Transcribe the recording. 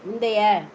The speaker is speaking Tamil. முந்தைய